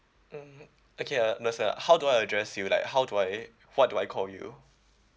mmhmm okay uh let's uh how do I address you like how do I what do I call you